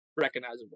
recognizable